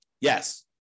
Yes